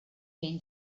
been